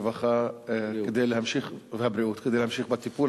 הרווחה והבריאות כדי להמשיך בטיפול.